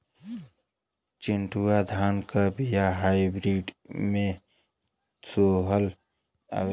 चिन्टूवा धान क बिया हाइब्रिड में शोधल आवेला?